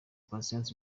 patient